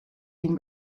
dyn